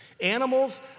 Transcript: Animals